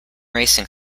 racing